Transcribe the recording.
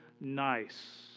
nice